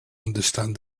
understand